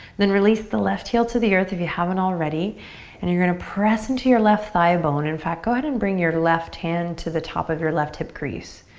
then release the left heel to the earth if you haven't already and you're gonna press into your left thigh bone. in fact, go ahead and bring your left hand to the top of your left hip crease.